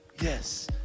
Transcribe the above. Yes